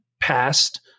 Passed